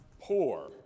poor